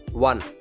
One